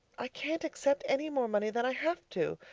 i can't accept any more money than i have to,